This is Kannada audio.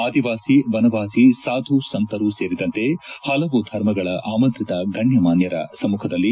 ಆದಿವಾಸಿ ವನವಾಸಿ ಸಾಧು ಸಂತರು ಸೇರಿದಂತೆ ಹಲವು ಧರ್ಮಗಳ ಆಮಂತ್ರಿತ ಗಣ್ಣ ಮಾನ್ನರ ಸಮ್ಮಖದಲ್ಲಿ